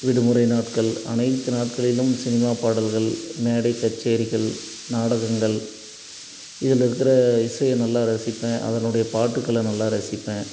விடுமுறை நாட்கள் அனைத்து நாட்களிலும் சினிமா பாடல்கள் மேடை கச்சேரிகள் நாடகங்கள் இதில் இருக்கிற இசையை நல்லா ரசிப்பேன் அதனுடைய பாட்டுக்களை நல்லா ரசிப்பேன்